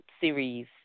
series